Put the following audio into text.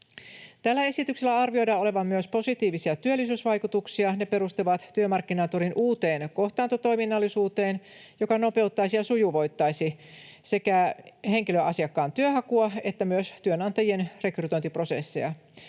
Tällä esityksellä arvioidaan olevan myös positiivisia työllisyysvaikutuksia. Ne perustuvat Työmarkkinatorin uuteen kohtaantotoiminnallisuuteen, joka nopeuttaisi ja sujuvoittaisi sekä henkilöasiakkaan työnhakua että myös työnantajien rekrytointiprosessia.